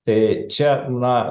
tai čia na